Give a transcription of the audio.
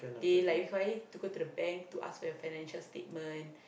they like require you to go to the bank to ask for your financial statement